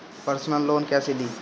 Personal loan कैसे ली?